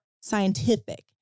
scientific